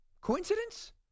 Coincidence